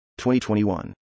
2021